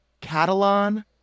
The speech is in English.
Catalan